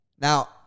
Now